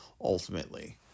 Ultimately